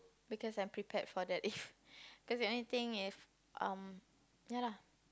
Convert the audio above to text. because I'm prepared for that if because anything if um ya lah